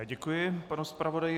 Děkuji panu zpravodaji.